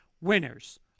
winners